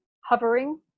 hovering